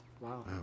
Wow